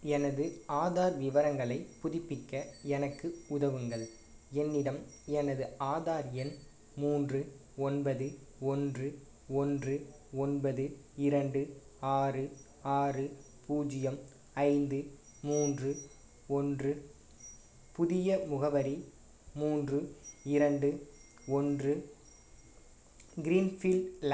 எனது ஆதார் விவரங்களைப் புதுப்பிக்க எனக்கு உதவுங்கள் என்னிடம் எனது ஆதார் எண் மூன்று ஒன்பது ஒன்று ஒன்று ஒன்பது இரண்டு ஆறு ஆறு பூஜ்ஜியம் ஐந்து மூன்று ஒன்று புதிய முகவரி மூன்று இரண்டு ஒன்று க்ரீன்ஃபீல்ட் லேன்